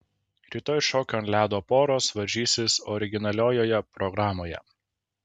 rytoj šokių ant ledo poros varžysis originaliojoje programoje